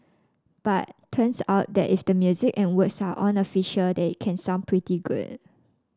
but turns out that if the music and words are unofficial then it can sound pretty good